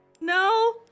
No